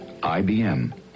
IBM